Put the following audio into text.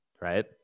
right